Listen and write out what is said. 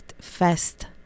Fest